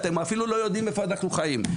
אתם אפילו לא יודעים איפה אנחנו חיים,